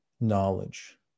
knowledge